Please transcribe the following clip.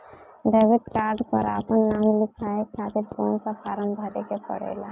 Debit card पर आपन नाम लिखाये खातिर कौन सा फारम भरे के पड़ेला?